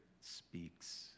speaks